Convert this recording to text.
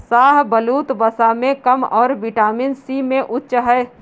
शाहबलूत, वसा में कम और विटामिन सी में उच्च है